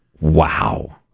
Wow